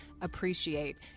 appreciate